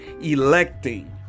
electing